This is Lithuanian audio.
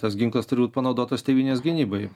tas ginklas turi būti panaudotas tėvynės gynybai